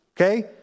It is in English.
okay